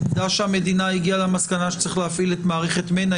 עובדה שהמדינה הגיעה למסקנה שצריך להפעיל את מערכת מנ"ע.